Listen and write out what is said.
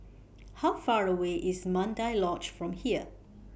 How Far away IS Mandai Lodge from here